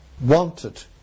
wanted